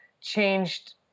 changed